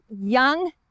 young